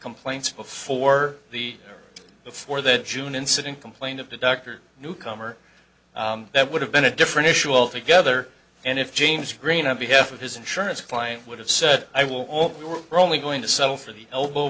complaints before the before that june incident complained of the doctor newcomer that would have been a different issue altogether and if james greene on behalf of his insurance client would have said i will all we're only going to settle for the elbow